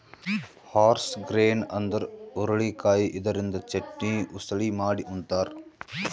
horse grain ಅಂದ್ರ ಹುರಳಿಕಾಯಿ ಇದರಿಂದ ಚಟ್ನಿ, ಉಸಳಿ ಮಾಡಿ ಉಂತಾರ್